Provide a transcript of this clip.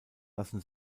lassen